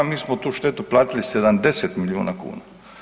Mi smo tu štetu platili 70 milijuna kuna.